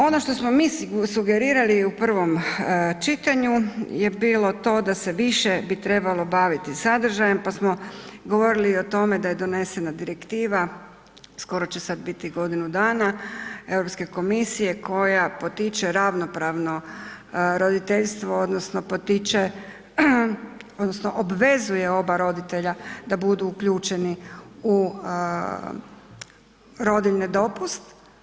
Ono što mi sugerirali i u prvom čitanju je bilo to da se više bi trebalo baviti sadržajem pa smo govorili o tome da je donesena direktiva, skoro će sad biti i godinu dana Europske komisije, koja potiče ravnopravno roditeljstvo odnosno potiče odnosno obvezuje oba roditelja da budu uključeni u rodiljni dopust.